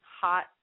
hot